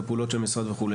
את הפעולות של המשרד וכו',